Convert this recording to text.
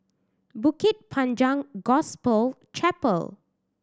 Bukit Panjang Gospel Chapel